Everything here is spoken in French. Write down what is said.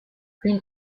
une